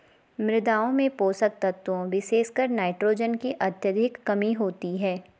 मृदाओं में पोषक तत्वों विशेषकर नाइट्रोजन की अत्यधिक कमी होती है